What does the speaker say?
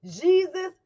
Jesus